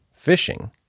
fishing